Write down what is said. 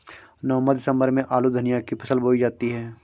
नवम्बर दिसम्बर में आलू धनिया की फसल बोई जाती है?